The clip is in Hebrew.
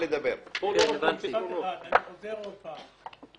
אני חוזר עוד פעם: